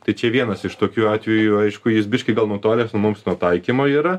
tai čia vienas iš tokių atvejų aišku jis biškį gal nutolęs nuo mums nuo taikymo yra